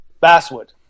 basswood